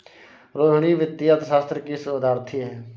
रोहिणी वित्तीय अर्थशास्त्र की शोधार्थी है